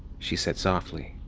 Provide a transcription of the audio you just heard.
she said softly.